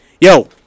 Yo